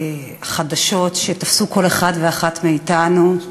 חדשות שתפסו כל אחד ואחת מאתנו.